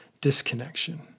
disconnection